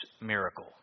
miracle